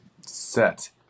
set